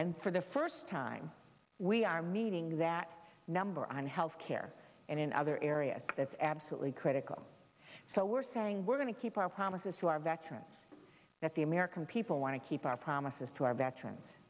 and for the first time we are meeting that number on health care and in other areas that's absolutely critical so we're saying we're going to keep our promises to our veterans that the american people want to keep our promises to our veterans